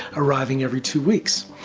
arriving every two weeks.